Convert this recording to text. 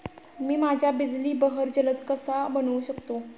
मी माझ्या बिजली बहर जलद कसा बनवू शकतो?